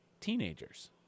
teenagers